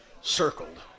circled